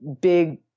big